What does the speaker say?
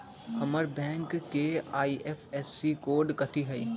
हमर बैंक के IFSC code कथि हई?